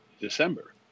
December